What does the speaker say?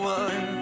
one